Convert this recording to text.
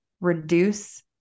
reduce